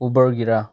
ꯎꯕꯔꯒꯤꯔꯥ